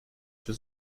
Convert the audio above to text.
für